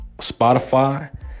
Spotify